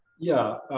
yeah,